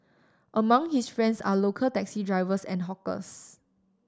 among his friends are local taxi drivers and hawkers